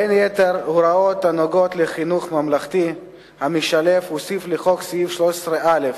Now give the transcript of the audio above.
בין יתר ההוראות הנוגעות לחינוך הממלכתי המשלב הוסף לחוק סעיף 13א,